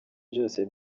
byose